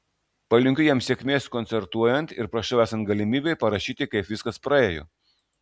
palinkiu jam sėkmės koncertuojant ir prašau esant galimybei parašyti kaip viskas praėjo